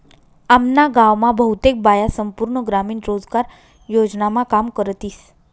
आम्ना गाव मा बहुतेक बाया संपूर्ण ग्रामीण रोजगार योजनामा काम करतीस